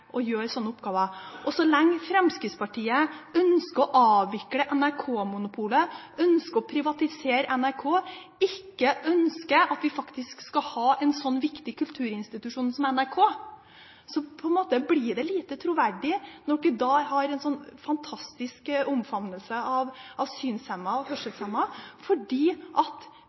å gjøre slike oppgaver. Og så lenge Fremskrittspartiet ønsker å avvikle NRK-monopolet, ønsker å privatisere NRK, ikke ønsker at vi faktisk skal ha en slik viktig kulturinstitusjon som NRK, blir det lite troverdig at dere har en fantastisk omfavnelse av synshemmede og hørselshemmede, for dere har ingen virkemidler å bruke. Vi har faktisk virkemidler å bruke, og vi jobber for at